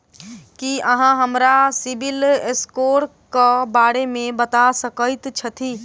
की अहाँ हमरा CIBIL score क बारे मे बता सकइत छथि?